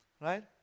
right